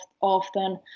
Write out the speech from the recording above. often